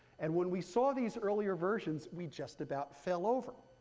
and when we saw these earlier versions, we just about fell over.